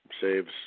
saves